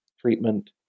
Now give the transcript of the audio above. treatment